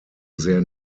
sehr